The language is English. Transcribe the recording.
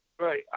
Right